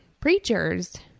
preachers